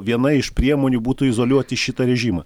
viena iš priemonių būtų izoliuoti šitą režimą